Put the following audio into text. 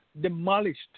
demolished